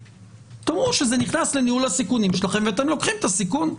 תאמרו שזה נכנס לניהול הסיכונים שלכם ואתם לוקחים את הסיכון.